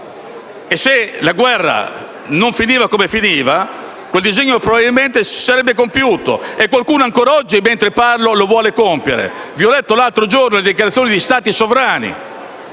E se la guerra non fosse finita come è finita, quel disegno probabilmente si sarebbe compiuto; qualcuno, ancora oggi, mentre parlo, lo vuole compiere. Vi ho letto l'altro giorno le dichiarazioni di Stati sovrani